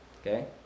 Okay